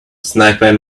sniper